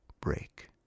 break